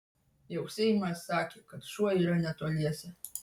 viauksėjimas sakė kad šuo yra netoliese